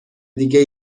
دیگه